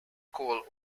called